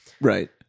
Right